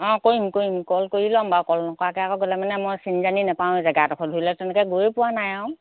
অঁ কৰিম কৰিম কল কৰি ল'ম বাৰু কল নকৰাকৈ আকৌ গ'লে মানে মই চিনি জানি নেপাৱেঁই জেগাডোখৰ ধৰি লোৱা তেনেকৈ গৈয়ে পোৱা নাই আৰু